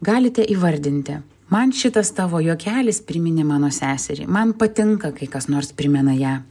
galite įvardinti man šitas tavo juokelis priminė mano seserį man patinka kai kas nors primena ją